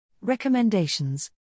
Recommendations